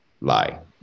lie